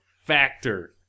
Factor